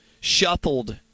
shuffled